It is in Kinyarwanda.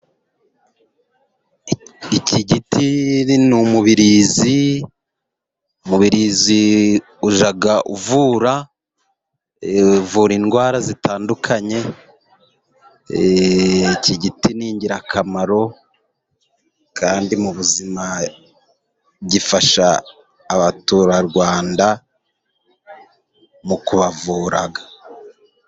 Iki giti ni umubirizi. Umubirizi ujya uvura. Uvura indwara zitandukanye. Iki giti ni ingirakamaro kandi mu buzima gifasha abaturarwanda mu kubavura.